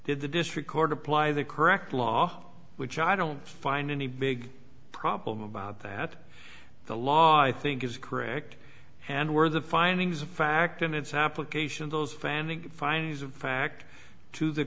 did the district court apply the correct law which i don't find any big problem about that the law i think is correct and where the findings of fact in its application those fanned the findings of fact to the